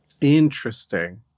Interesting